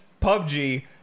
PUBG